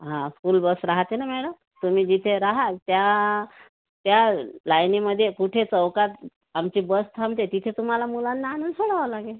हा school bus राहते ना मॅडम तुम्ही जिथे राहाल त्या त्या लाईनीमध्ये कुठे चौकात आमची बस थांबते तिथे तुम्हाला मुलांना आणून सोडवं लागेल